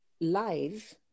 live